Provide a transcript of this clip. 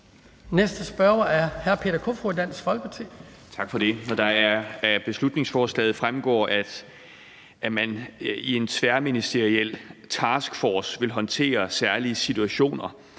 Næste spørger er hr. Peter Kofod, Dansk Folkeparti. Kl. 09:43 Peter Kofod (DF): Tak for det. Når det af beslutningsforslaget fremgår, at man i en tværministeriel taskforce vil håndtere særlige situationer